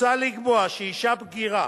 מוצע לקבוע שאשה בגירה,